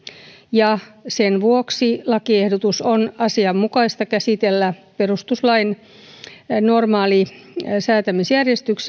ja sen vuoksi lakiehdotus on asianmukaista käsitellä normaalissa perustuslain säätämisjärjestyksessä